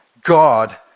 God